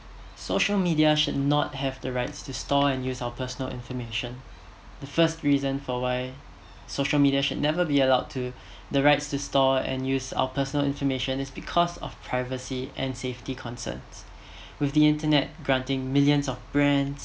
social media should not have the rights to store and use our personal information the first reason for why social media should never be allowed to the rights to store and use our personal information is because of privacy and safety concerns with the internet granting millions of brands